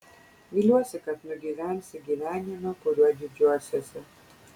viliuosi kad nugyvensi gyvenimą kuriuo didžiuosiesi